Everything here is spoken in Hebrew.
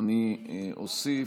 אני אוסיף: